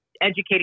educating